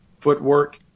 footwork